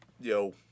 Yo